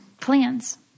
plans